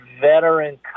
veteran